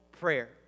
prayer